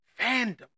fandom